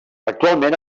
actualment